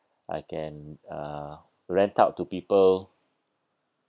I can uh rent out to people